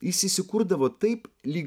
jis įsikurdavo taip lyg